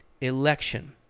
election